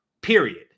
Period